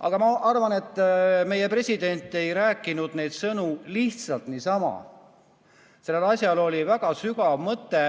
Ma arvan, et meie president ei rääkinud neid sõnu lihtsalt niisama. Sellel asjal oli väga sügav mõte